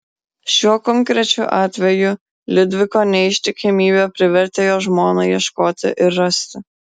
šiuo konkrečiu atveju liudviko neištikimybė privertė jo žmoną ieškoti ir rasti